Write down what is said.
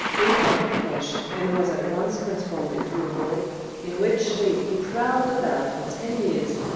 ate of the flesh, and was at once transformed into a wolf, in which shape he prowled about for ten years,